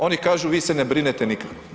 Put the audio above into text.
Oni kažu vi se ne brinete nikako.